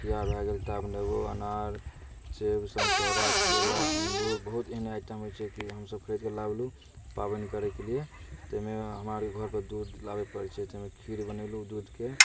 उखिआर भऽ गेल टाभ नेबो अनार सेब सन्तोला केला अङ्गूर बहुत एहन आइटम होइ छै कि हमसभ खरिदकऽ लाबलहुँ पाबनि करैकेलिए ताहिमे हमर आओर घरपर दूध लाबऽ पड़ै छै ताहिमे खीर बनेलहुँ दूधके